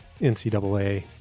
NCAA